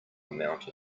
amount